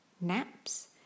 Naps